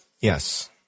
yes